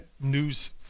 news